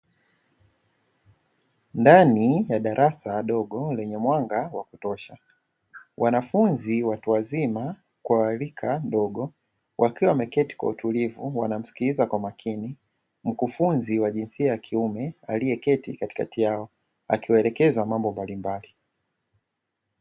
Ndani ya darasa dogo lenye mwanga wa kutosha. Wanafunzi watu wazima kwa wa rika dogo, wakiwa wameketi kwa utulivu, wakimsikiliza kwa makini mkufunzi wa jinsia ya kiume aliyeketi katikati yao, akiwaelekeza mambo mbalimbali.